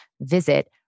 Visit